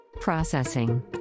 Processing